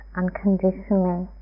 unconditionally